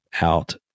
out